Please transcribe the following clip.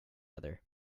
other